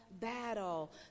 battle